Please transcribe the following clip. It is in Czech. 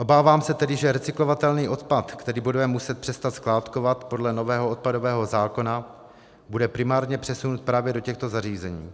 Obávám se tedy, že recyklovatelný odpad, který budeme muset přestat skládkovat podle nového odpadového zákona, bude primárně přesunut právě do těchto zařízení.